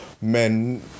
men